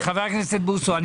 אני